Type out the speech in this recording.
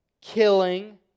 killing